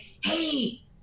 hey